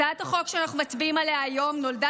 הצעת החוק שאנחנו מצביעים עליה היום נולדה